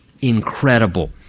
incredible